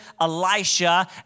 Elisha